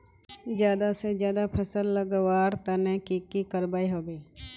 ज्यादा से ज्यादा फसल उगवार तने की की करबय होबे?